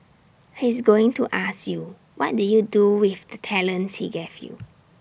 he's going to ask you what did you do with the talents he gave you